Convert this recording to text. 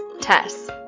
Tess